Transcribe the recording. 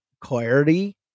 clarity